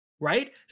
right